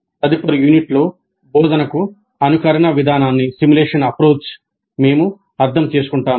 తదుపరి యూనిట్లో బోధనకు అనుకరణ విధానాన్ని మేము అర్థం చేసుకుంటాము